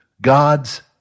God's